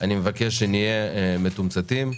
אני מבקש שנהיה מתמוצתים.